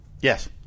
Yes